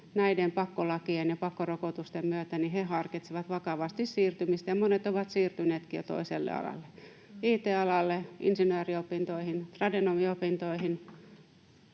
näiden pakkolakien ja pakkorokotusten myötä he harkitsevat vakavasti siirtymistä, ja monet ovat jo siirtyneetkin, toiselle alalle, it-alalle, insinööriopintoihin, tradenomiopintoihin